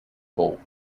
folk